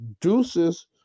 deuces